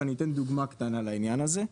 ואני אתן דוגמה קטנה לעניין הזה.